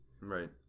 right